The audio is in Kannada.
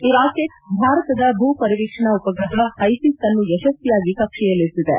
ಈ ರಾಕೆಟ್ ಭಾರತದ ಭೂಪರಿವೀಕ್ಷಣಾ ಉಪಗ್ರಹ ಹೈಸಿಸ್ ಅನ್ನು ಯಶಸ್ವಿಯಾಗಿ ಕಕ್ಷೆಯಲ್ಲಿಸಿದೆ